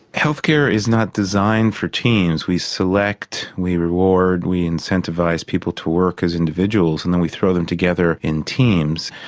health care is not designed for teams. we select, we reward, we incentivise people to work as individuals and then we throw them together in teams.